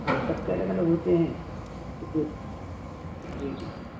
ہاں سب کے الگ الگ ہوتے ہیں جی جی جی جی